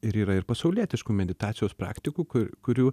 ir yra ir pasaulietiškų meditacijos praktikų ku kurių